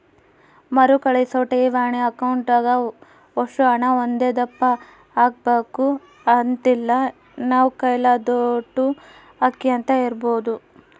ಮರುಕಳಿಸೋ ಠೇವಣಿ ಅಕೌಂಟ್ನಾಗ ಒಷ್ಟು ಹಣ ಒಂದೇದಪ್ಪ ಹಾಕ್ಬಕು ಅಂತಿಲ್ಲ, ನಮ್ ಕೈಲಾದೋಟು ಹಾಕ್ಯಂತ ಇರ್ಬೋದು